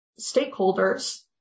stakeholders